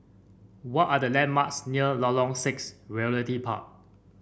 what are the landmarks near Lorong Six Realty Park